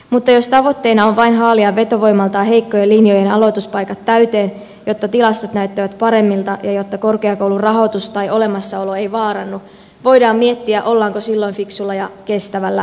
mutta jos tavoitteena on vain haalia vetovoimaltaan heikkojen linjojen aloituspaikat täyteen jotta tilastot näyttävät paremmilta ja jotta korkeakoulun rahoitus tai olemassaolo ei vaarannu voidaan miettiä ollaanko silloin fiksulla ja kestävällä pohjalla